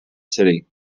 city